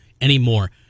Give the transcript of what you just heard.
anymore